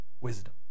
wisdom